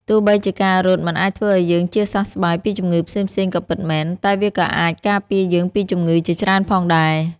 ទោះបីជាការរត់មិនអាចធ្វើឲ្យយើងជាសះស្បើយពីជំងឺផ្សេងៗក៏ពិតមែន តែវាក៏អាចការពារយើងពីជំងឺជាច្រើនផងដែរ។